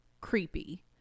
creepy